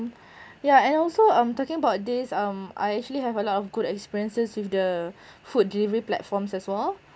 yeah and also um talking about this um I actually have a lot of good experiences with the food delivery platforms as well